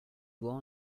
doigt